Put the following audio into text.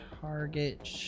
target